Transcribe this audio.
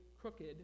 crooked